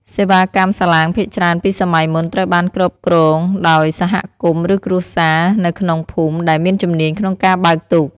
សេវាកម្មសាឡាងភាគច្រើនពីសម័យមុនត្រូវបានគ្រប់គ្រងដោយសហគមន៍ឬគ្រួសារនៅក្នុងភូមិដែលមានជំនាញក្នុងការបើកទូក។